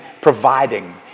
providing